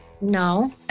no